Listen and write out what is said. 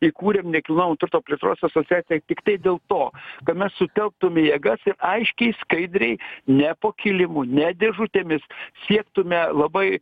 įkūrėm nekilnojamo turto plėtros asociaciją tiktai dėl to kad mes sutelktume jėgas ir aiškiai skaidriai ne po kilimu ne dėžutėmis siektume labai